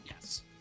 Yes